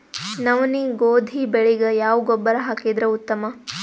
ನವನಿ, ಗೋಧಿ ಬೆಳಿಗ ಯಾವ ಗೊಬ್ಬರ ಹಾಕಿದರ ಉತ್ತಮ?